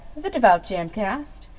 TheDevoutJamcast